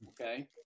Okay